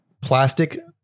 plastic